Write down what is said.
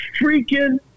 freaking